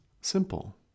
simple